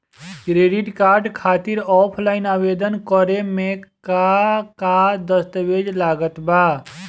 Credit card खातिर offline आवेदन करे म का का दस्तवेज लागत बा?